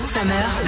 Summer